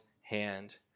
hand